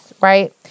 right